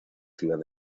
ciudad